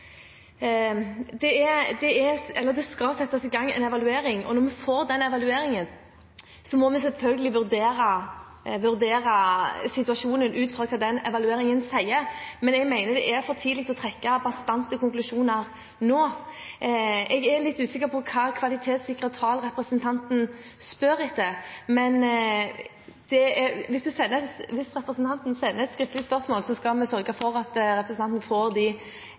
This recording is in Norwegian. gang en evaluering, og når vi får den evalueringen, må vi selvfølgelig vurdere situasjonen ut fra hva den evalueringen sier, men jeg mener det er for tidlig å trekke bastante konklusjoner nå. Jeg er litt usikker på hvilke kvalitetssikrete tall representanten spør etter, men hvis representanten sender et skriftlig spørsmål, skal vi sørge for at representanten får de